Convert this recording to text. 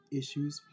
issues